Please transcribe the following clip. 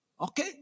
okay